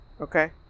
okay